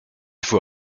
faut